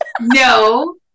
No